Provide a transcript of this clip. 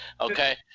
okay